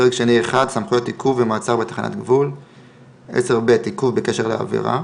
פרק שני 1: סמכויות עיכוב ומעצר בתחנת גבול עיכוב בקשר לעבירה